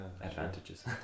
advantages